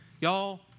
Y'all